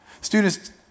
Students